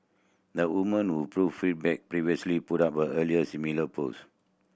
the woman who prove feedback previously put up an earlier similar post